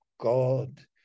god